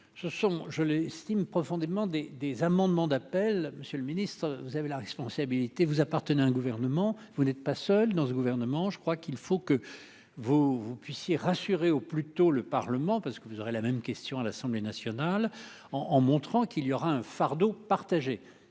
ce sont je l'estime profondément des des amendements d'appel, monsieur le Ministre, vous avez la responsabilité, vous appartenez un gouvernement vous n'êtes pas seuls dans ce gouvernement, je crois qu'il faut que vous puissiez rassurer au plus tôt le Parlement parce que vous aurez la même question à l'Assemblée nationale en en montrant qu'il y aura un fardeau partagé,